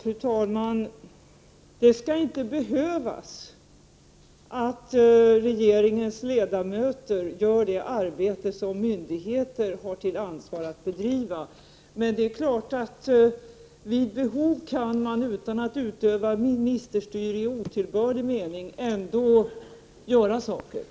Fru talman! Jag menar naturligtvis inte att statsrådet själv skulle föra ut informationen utan att hon skulle se till att naturvårdsverket har möjligheter att göra det och att naturvårdsenheterna på länsstyrelserna också får resurser att ta emot och snabbt behandla sådana frågor.